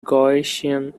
gaussian